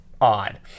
odd